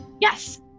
Yes